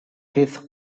his